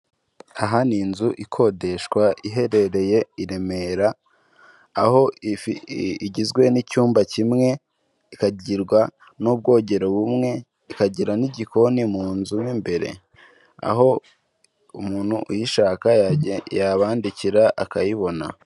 Aha ni inzu ikodeshwa iherereye i Remera aho igizwe n'icyumba kimwe, ikagirwa n'ubwogero bumwe, ikagira n'igikoni mu nzu mu imbere, aho umuntu uyishaka yabandikira akayibona.